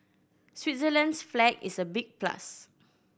Switzerland's flag is a big plus